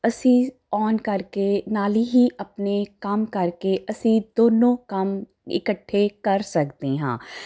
ਅਸੀਂ ਆਨ ਕਰਕੇ ਨਾਲ ਹੀ ਆਪਣੇ ਕੰਮ ਕਰਕੇ ਅਸੀਂ ਦੋਨੋਂ ਕੰਮ ਇਕੱਠੇ ਕਰ ਸਕਦੇ ਹਾਂ